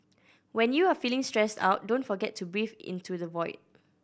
when you are feeling stressed out don't forget to breathe into the void